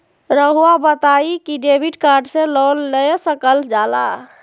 रहुआ बताइं कि डेबिट कार्ड से लोन ले सकल जाला?